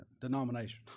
Denomination